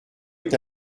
est